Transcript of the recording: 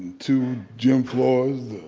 two gym floors,